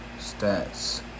stats